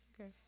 okay